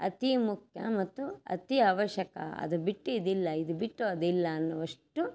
ಅತಿ ಮುಖ್ಯ ಮತ್ತು ಅತಿ ಅವಶ್ಯಕ ಅದು ಬಿಟ್ಟು ಇದಿಲ್ಲ ಇದು ಬಿಟ್ಟು ಅದಿಲ್ಲ ಅನ್ನುವಷ್ಟು